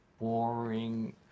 boring